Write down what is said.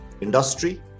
industry